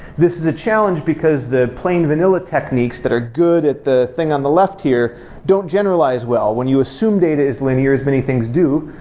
this is a challenge, because the plain vanilla techniques that are good at the thing on the left here don't generalize well. when you assume data is linear, as many things do,